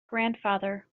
grandfather